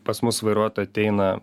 pas mus vairuot ateina